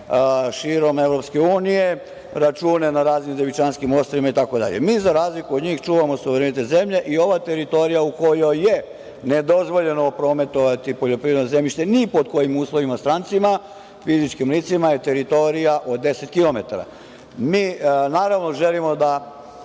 širom EU, račune na raznim Devičanskim ostrvima. Mi, za razliku od njih čuvamo suverenitet zemlje i ova teritorija u kojoj je nedozvoljeno prometovati poljoprivredno zemljište ni pod kojim uslovima strancima, fizičkim licima je teritorija od 10 km. Naravno, mi želimo da